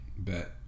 Bet